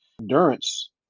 endurance